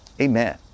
Amen